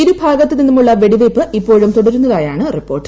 ഇരു ഭാഗത്ത് നിന്നുമുള്ളൂ വെടിവെയ്പ് ഇപ്പോഴും തുടരുന്നതായാണ് റിപ്പോർട്ട്